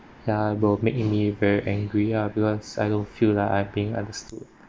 ya will make me very angry ah because I don't feel like I've been understood